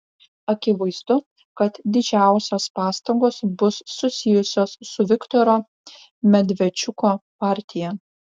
akivaizdu kad didžiausios pastangos bus susijusios su viktoro medvedčiuko partija